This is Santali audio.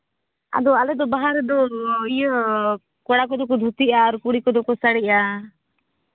ᱟᱫᱚ ᱟᱞᱮ ᱫᱚ ᱵᱟᱦᱟ ᱨᱮᱫᱚ ᱤᱭᱟᱹ ᱠᱚᱲᱟ ᱠᱚᱫᱚ ᱫᱷᱩᱛᱤᱜᱼᱟ ᱟᱨ ᱠᱩᱲᱤ ᱠᱚᱫᱚ ᱠᱚ ᱵᱟᱸᱫᱮᱜᱼᱟ